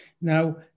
Now